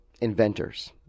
inventors